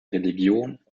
religion